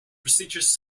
prestigious